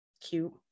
cute